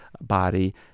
body